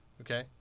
Okay